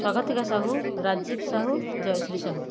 Swagatika Sahu Rajiv Sahu Jayashree Sahu